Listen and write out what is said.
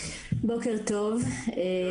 בוקר טוב, אני